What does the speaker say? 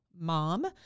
mom